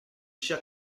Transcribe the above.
chers